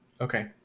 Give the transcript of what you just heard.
Okay